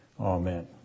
Amen